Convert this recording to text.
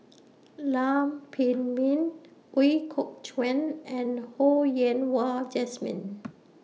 Lam Pin Min Ooi Kok Chuen and Ho Yen Wah Jesmine